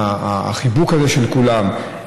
החיבוק הזה של כולם,